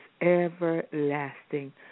everlasting